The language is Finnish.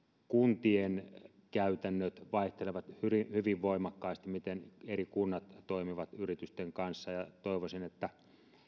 kuntien käytännöt vaihtelevat hyvin voimakkaasti siinä miten eri kunnat toimivat yritysten kanssa toivoisin että